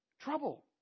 Trouble